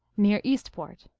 near eastport.